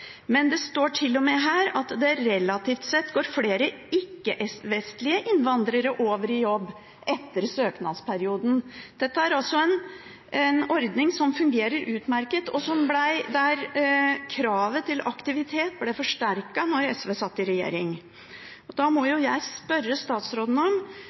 men det står til og med her at relativt sett går «flere ikke-vestlige innvandrere enn norske over i jobb etter stønadsperioden». Dette er også en ordning som fungerer utmerket, der kravet til aktivitet ble forsterket da SV satt i regjering. Da må jeg spørre statsråden: